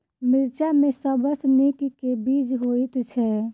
मिर्चा मे सबसँ नीक केँ बीज होइत छै?